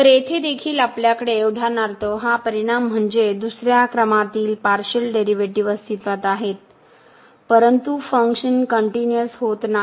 तर येथे देखील आपल्याकडे उदाहरणार्थ हा परिणाम म्हणजे दुसर्या क्रमातील पार्शिअल डेरिव्हेटिव्ह अस्तित्वात आहेत परंतु फंक्शन कनटिन्यूअस होत नाही